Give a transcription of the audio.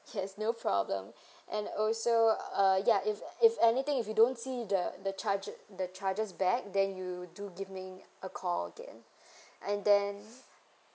yes no problem and also uh ya if if anything if you don't see the the charges the charges back then you do give me a call again and then